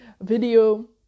video